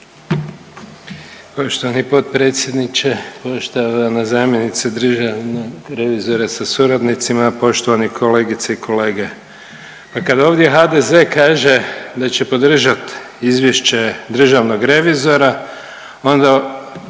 Poštovani potpredsjedniče, poštovana zamjenice državnog revizora sa suradnicima, poštovani kolegice i kolege. Pa kada ovdje HDZ kaže da će podržati izvješće državnog revizora, onda